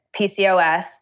PCOS